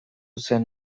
zen